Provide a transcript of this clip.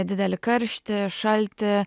didelį karštį šaltį